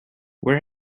where